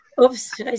Oops